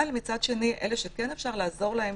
אבל מצד שני, אלה שכן אפשר לעזור להן